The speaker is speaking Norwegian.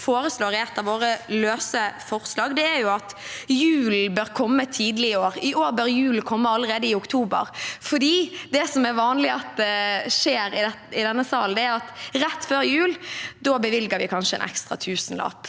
foreslår i et av våre løse forslag, er at julen bør komme tidlig i år. I år bør julen komme allerede i oktober, for det som vanligvis skjer i denne salen, er at rett før jul bevilger vi kanskje en ekstra tusenlapp